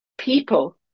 People